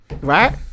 right